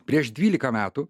prieš dvylika metų